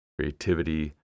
creativity